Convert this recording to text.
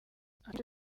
akenshi